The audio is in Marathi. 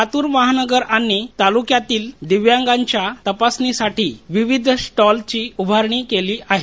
लातूर महानगर आणि तालुक्यातील दिव्यांगाच्या तपासणीसाठी विविध स्टॉलची उभारणी केली आहे